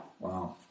Wow